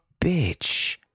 bitch